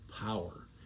power